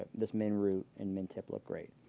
this min root and min tip look great.